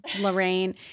lorraine